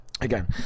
again